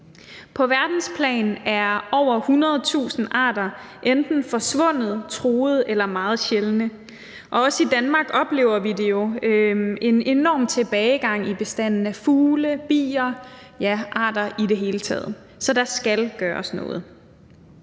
På verdensplan er over 100.000 arter enten forsvundet, truet eller meget sjældne, og også i Danmark oplever vi jo en enorm tilbagegang i bestanden af fugle, bier og alle arter i det hele taget, så der skal gøres noget.